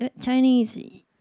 Chinese